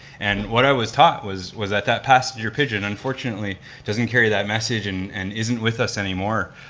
and what i was taught was was that that passenger pigeon unfortunately doesn't carry that message and and isn't with us anymore,